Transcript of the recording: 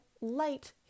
light